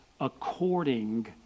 according